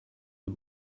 the